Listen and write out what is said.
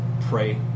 pray